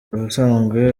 ubusanzwe